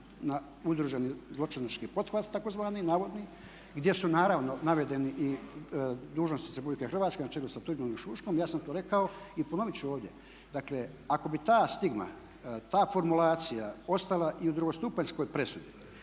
na udruženi zločinački pothvat tzv. navodni gdje su naravno navedeni i dužnosnici Republike Hrvatske na čelu sa Tuđmanom i Šuškom ja sam to rekao i ponovit ću ovdje dakle ako bi ta stigma, ta formulacija ostala i u drugostupanjskoj presudi